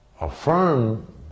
Affirm